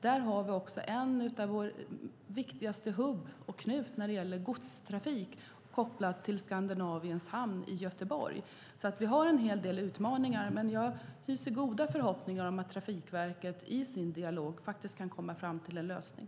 Där har vi också en av våra viktigaste hubbar och knutar när det gäller godstrafik kopplad till Skandinaviens hamn i Göteborg. Vi har en hel del utmaningar, men jag hyser goda förhoppningar om att Trafikverket i sin dialog kan komma fram till en lösning.